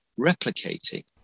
replicating